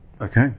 Okay